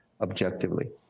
objectively